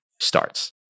starts